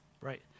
right